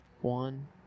One